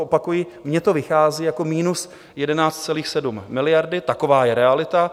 Opakuji, mně to vychází jako minus 11,7 miliard, taková je realita.